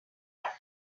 are